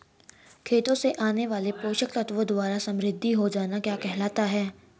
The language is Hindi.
खेतों से आने वाले पोषक तत्वों द्वारा समृद्धि हो जाना क्या कहलाता है?